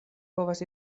povas